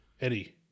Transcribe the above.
eddie